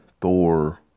Thor